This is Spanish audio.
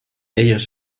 ellos